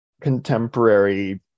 contemporary